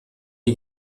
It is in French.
les